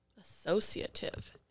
Associative